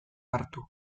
hartu